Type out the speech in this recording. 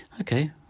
Okay